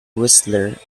whistler